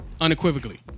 Unequivocally